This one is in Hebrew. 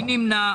מי נמנע?